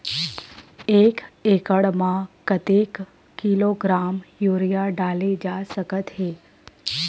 एक एकड़ म कतेक किलोग्राम यूरिया डाले जा सकत हे?